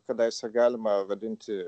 kadaise galima vadinti